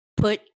Put